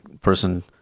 person